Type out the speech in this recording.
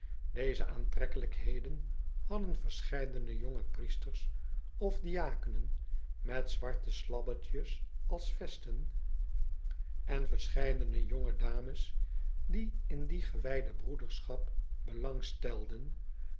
deze aantrekkelijkheden hadden verscheidene jonge priesters of diakenen raetzwarte slabbetjes als vesten en verscheidene jonge dames die in die gewijde broederschap belang stelden